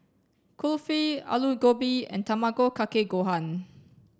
Kulfi Alu Gobi and Tamago kake gohan